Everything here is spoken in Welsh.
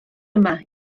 yma